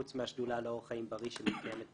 חוץ מהשדולה לאורח חיים בריא שמתקיימת ב-15:00.